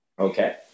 Okay